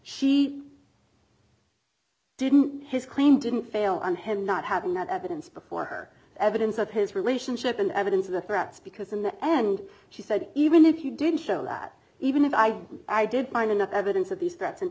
she didn't his claim didn't fail on him not having enough evidence before her evidence of his relationship and evidence of the threats because in the end she said even if you didn't show that even if i i did find enough evidence of these threats